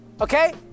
okay